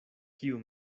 kiu